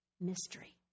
mystery